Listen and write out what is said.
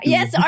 Yes